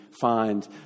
find